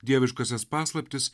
dieviškąsias paslaptis